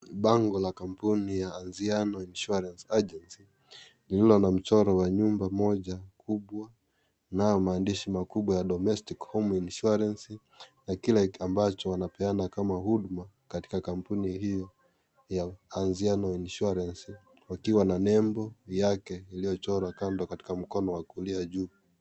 Bango la kampuni ya Anziano Insurance Agency lililo na mchoro wa nyumba moja kubwa inayo maandishi makubwa ya domestic home insurance na kile ambacho wanapeana kama huduma katika kampuni hiyo ya Anziano Insurance wakiwa na nembo yake iliyochorwa kando katika mkono wa kulia juu.